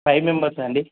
five members అండి